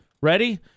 Ready